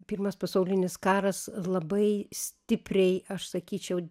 pirmas pasaulinis karas labai stipriai aš sakyčiau